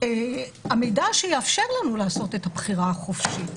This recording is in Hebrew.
המידע שיאפשר לנו לעשות את הבחירה החופשית.